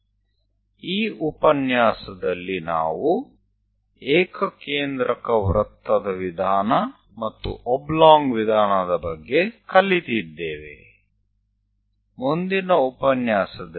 તો આ વ્યાખ્યાનમાં આપણે સમ કેન્દ્રિય વર્તુળ પદ્ધતિ અને લંબચોરસ પદ્ધતિ વિશે શીખ્યા